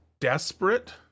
desperate